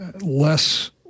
less